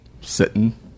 sitting